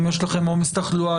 אם יש לכם עומס תחלואה.